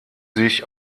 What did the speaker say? sich